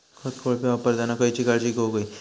खत कोळपे वापरताना खयची काळजी घेऊक व्हयी?